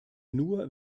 nur